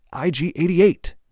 IG-88